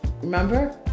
Remember